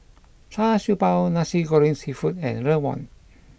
Char Siew Bao Nasi Goreng Seafood and Rawon